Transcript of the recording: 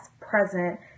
present